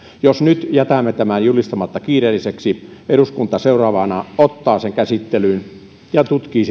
jos nyt jätämme tämän julistamatta kiireelliseksi seuraava eduskunta ottaa sen käsittelyyn ja tutkii